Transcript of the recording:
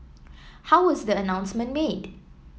how was the announcement made